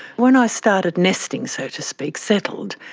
when i started nesting, so to speak, settled,